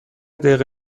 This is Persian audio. دقیقه